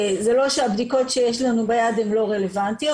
זה לא שהבדיקות שיש לנו ביד הן לא רלוונטיות,